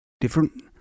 different